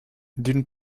d’une